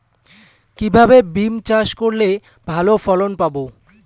কিভাবে বিম চাষ করলে ভালো ফলন পাব?